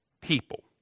people